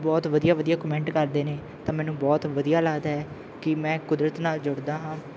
ਬਹੁਤ ਵਧੀਆ ਵਧੀਆ ਕਮੈਂਟ ਕਰਦੇ ਨੇ ਤਾਂ ਮੈਨੂੰ ਬਹੁਤ ਵਧੀਆ ਲੱਗਦਾ ਹੈ ਕਿ ਮੈਂ ਕੁਦਰਤ ਨਾਲ ਜੁੜਦਾ ਹਾਂ